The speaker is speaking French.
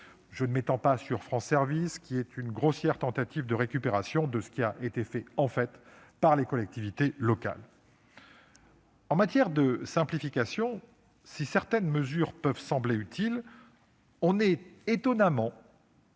Je ne m'étendrai pas sur France Services, grossière tentative de récupération de ce qui a été réalisé par les collectivités locales. En matière de simplification, si certaines mesures peuvent sembler utiles, il s'agit